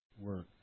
work